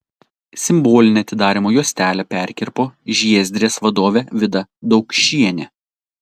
simbolinę atidarymo juostelę perkirpo žiezdrės vadovė vida daukšienė